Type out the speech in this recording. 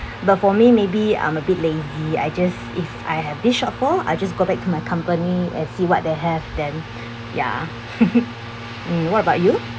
but for me maybe I'm a bit lazy I just if I have this shortfall I just go back to my company and see what they have then ya mm what about you